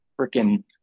freaking